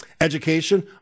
Education